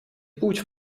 путь